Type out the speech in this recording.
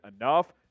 enough